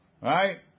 Right